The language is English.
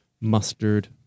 mustard